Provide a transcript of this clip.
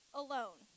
alone